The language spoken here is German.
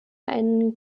einen